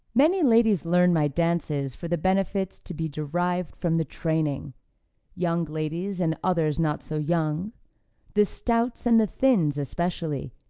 many ladies learn my dances for the benefits to be derived from the training young ladies and others not so young the stouts and the thins, especially,